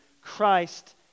Christ